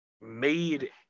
made